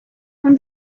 from